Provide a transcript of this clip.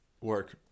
work